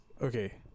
Okay